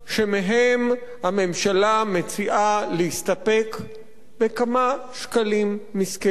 שמהם הממשלה מציעה להסתפק בכמה שקלים מסכנים.